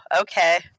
okay